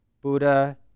Buddha